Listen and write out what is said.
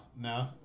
No